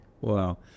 Wow